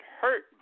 hurt